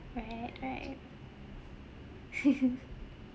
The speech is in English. right right